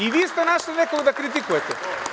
I viste našli nekog da kritikujete.